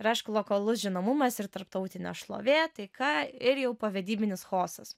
ir aišku lokalus žinomumas ir tarptautinio šlovė taika ir jau povedybinis chaosas